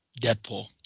deadpool